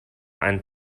ein